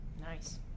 Nice